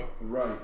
Right